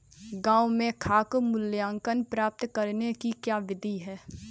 गाँवों में साख मूल्यांकन प्राप्त करने की क्या विधि है?